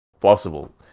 possible